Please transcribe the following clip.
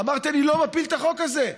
אמרתי: אני לא מפיל את החוק הזה.